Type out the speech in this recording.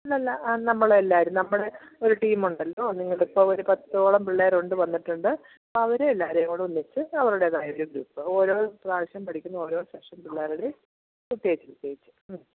അല്ലല്ല നമ്മളെല്ലാവരും നമ്മൾ ഒരു ടീം ഉണ്ടല്ലോ നിങ്ങൾ ഇപ്പോൾ ഒരു പത്തോളം പിള്ളേര് ഉണ്ട് വന്നിട്ടുണ്ട് അവരെ എല്ലാവരെയും കൂടെ ഒന്നിച്ച് അവരുടേതായ ഒരു ഗ്രൂപ്പ് ഓരോ പ്രാവശ്യം പഠിക്കുന്ന ഓരോ സെഷൻ പിള്ളേരുടെയും പ്രത്യേകിച്ച് പ്രത്യേകിച്ച് മ്മ്